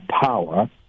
power